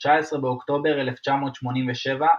19 באוקטובר 1987,